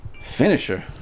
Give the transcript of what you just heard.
Finisher